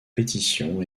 pétition